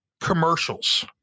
commercials